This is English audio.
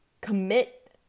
Commit